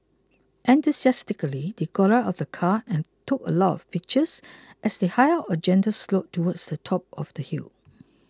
enthusiastically they got out of the car and took a lot of pictures as they hiked up a gentle slope towards the top of the hill